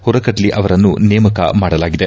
ಹುರಕಡ್ಲಿ ಅವರನ್ನು ನೇಮಕ ಮಾಡಲಾಗಿದೆ